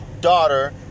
daughter